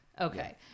Okay